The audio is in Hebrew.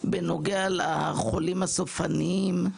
בנוגע לחולים הסופניים: